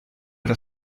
era